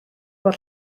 bod